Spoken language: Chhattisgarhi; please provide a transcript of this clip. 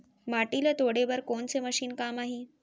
माटी ल तोड़े बर कोन से मशीन काम आही?